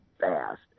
fast